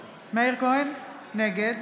כהן, נגד